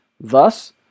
Thus